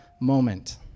moment